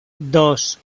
dos